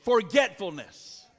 forgetfulness